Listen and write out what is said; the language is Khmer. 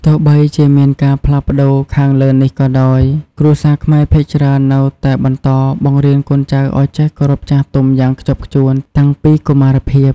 ទោះបីជាមានការផ្លាស់ប្ដូរខាងលើនេះក៏ដោយ គ្រួសារខ្មែរភាគច្រើននៅតែបន្តបង្រៀនកូនចៅឲ្យចេះគោរពចាស់ទុំយ៉ាងខ្ជាប់ខ្ជួនតាំងពីកុមារភាព។